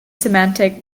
semantic